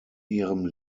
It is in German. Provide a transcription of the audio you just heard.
ihrem